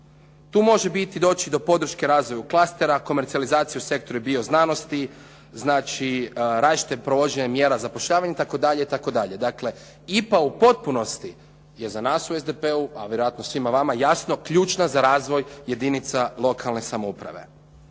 Tu može doći do podrške razvoja klastera, komercijalizaciju sektora bioznanosti, znači različito provođenje mjera zapošljavanja i tako dalje i tako dalje. Dakle, IPA u potpunosti je za nas u SDP-u, a vjerojatno svima vama jasno ključna za razvoj jedinica lokalne samouprave.